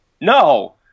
No